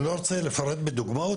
אני לא רוצה לפרט בדוגמאות,